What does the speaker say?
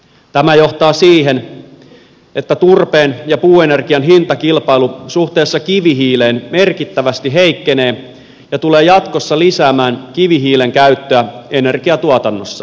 tämä johtaa siihen että turpeen ja puuenergian hintakilpailu suhteessa kivihiileen merkittävästi heikkenee ja tulee jatkossa lisäämään kivihiilen käyttöä energiatuotannossa